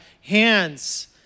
hands